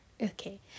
okay